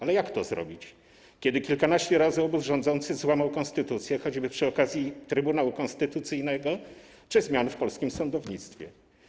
Ale jak to zrobić, kiedy kilkanaście razy obóz rządzący złamał konstytucję, choćby przy okazji Trybunały Konstytucyjnego czy zmian w polskim sądownictwie?